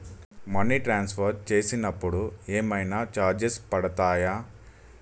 Money transfer చేసినప్పుడు ఏమైనా charges పడతయా?